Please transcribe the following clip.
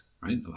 right